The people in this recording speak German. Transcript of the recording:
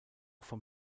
vom